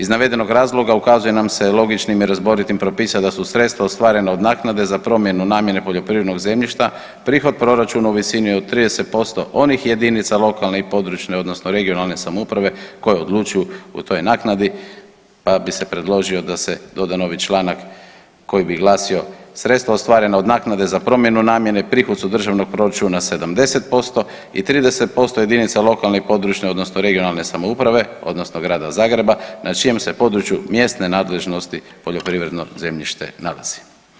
Iz navedenog razloga ukazuje nam se logičnim i razboritim propisat da su sredstva ostvarena od naknade za promjenu namjene poljoprivrednog zemljišta prihod proračuna u visini od 30% onih jedinica lokalne i područne odnosno regionalne samouprave koje odlučuju o toj naknadi, pa bi se predložio da se doda novi članak koji bi glasio, sredstva ostvarena od naknade za promjenu namjene prihod su državnog proračuna 70% i 30% jedinica lokalne i područne odnosno regionalne samouprave odnosno Grada Zagreba na čijem se području mjesne nadležnosti poljoprivredno zemljište nalazi.